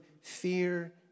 fear